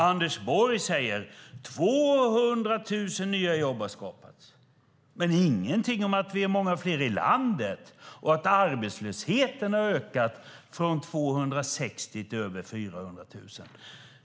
Anders Borg säger att 200 000 nya jobb har skapats men säger ingenting om att vi är många fler i landet och att arbetslösheten har ökat från 260 000 till över 400 000.